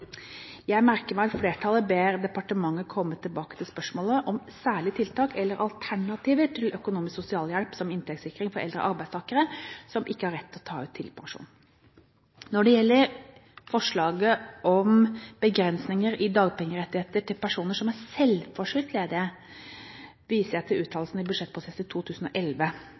Jeg merker meg at flertallet ber departementet om å komme tilbake til spørsmålet om særlige tiltak eller alternativer til økonomisk sosialhjelp som inntektssikring for eldre arbeidssøkere som ikke har rett til å ta ut tidligpensjon. Når det gjelder forslaget om begrensninger i dagpengerettigheter til personer som er selvforskyldt ledige, viser jeg til uttalelsen i budsjettproposisjonen for 2011.